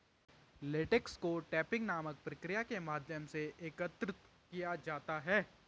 latex को tapping नामक प्रक्रिया के माध्यम से एकत्र किया जाता है